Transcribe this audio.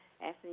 asking